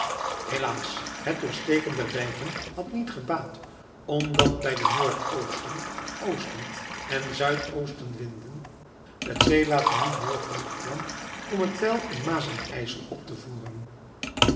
helaas het doorsteken der dijken had niet gebaat omdat bij de noordoosten oosten en zuidoostenwinden het zeewater niet hoog genoeg kwam om het peil in maas en ijsel op te voeren